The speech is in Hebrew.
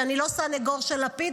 ואני לא סנגור של לפיד,